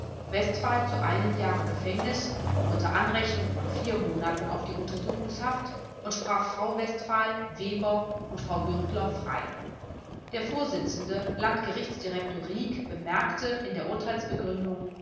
ehrverlust westphal zu einem jahre gefängnis unter anrechnung von vier monaten auf die untersuchungshaft und sprach frau westphal weber und frau gürtler frei der vorsitzende landgerichtsdirektor rieck bemerkte in der